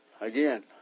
again